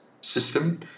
system